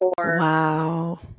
Wow